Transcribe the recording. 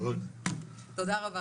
תודה רבה.